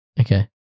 Okay